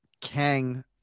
Kang